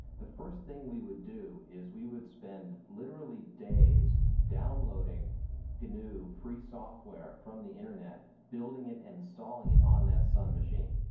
the first thing we would do is we would spend literally days downloading gnu free software from the internet, building it and installing it on that sun machine.